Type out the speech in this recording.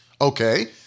Okay